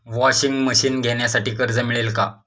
Washing machine घेण्यासाठी कर्ज मिळेल का?